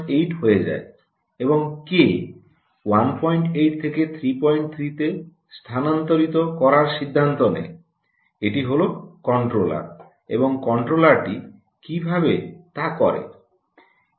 এবং কে 18 থেকে 33 এ স্থানান্তরিত করার সিদ্ধান্ত নেয় এটি হলো কন্ট্রোলার এবং কন্ট্রোলারটি কীভাবে তা করে